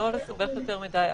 לא לסבך יותר מדי.